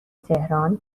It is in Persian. تهران